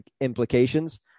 implications